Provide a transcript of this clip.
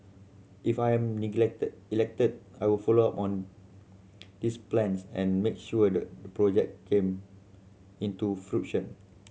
if I'm elected I will follow on these plans and make sure the project came into fruition